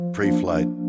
Pre-flight